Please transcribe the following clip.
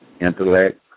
intellect